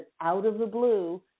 out-of-the-blue